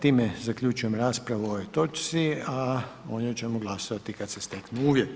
Time zaključujem raspravu o ovoj točci a o njoj ćemo glasovati kada se steknu uvjeti.